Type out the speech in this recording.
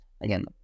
again